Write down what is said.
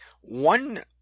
one